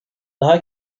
daha